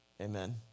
amen